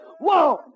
Whoa